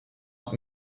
het